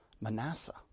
Manasseh